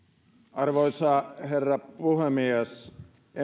arvoisa herra puhemies emme